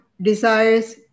desires